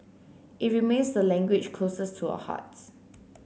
it remains the language closest to our hearts